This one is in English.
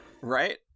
Right